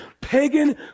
pagan